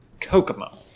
Kokomo